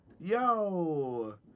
Yo